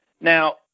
Now